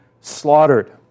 slaughtered